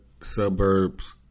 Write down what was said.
suburbs